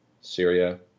Syria